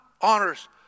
honors